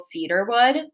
cedarwood